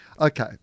okay